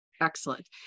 Excellent